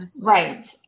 right